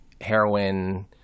heroin